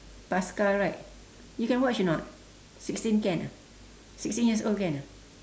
pascal right you can watch or not sixteen can ah sixteen year's old can ah